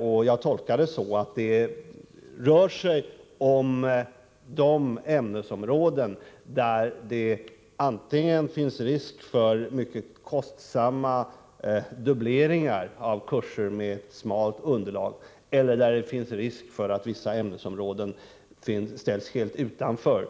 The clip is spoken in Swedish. och jag tolkar det så att minikrysslistan enbart skall omfatta ämnesområden där det finns risk antingen för kostsamma dubbleringar av kurser med ett smalt underlag eller för att ämnesområdet i fråga ställs helt utanför.